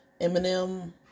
Eminem